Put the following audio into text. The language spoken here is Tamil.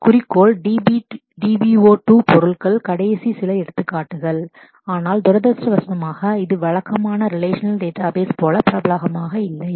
ஆப்ஜெக்ட்டிவிட்டி DBO 2 ஆப்ஜெக்ட் ஸ்டோர் சில எடுத்துக்காட்டுகள் ஆனால் துரதிர்ஷ்டவசமாக unfortunately இது வழக்கமான ரிலேஷநல் டேட்டாபேஸ் போல பிரபலமாக இல்லை